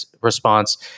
response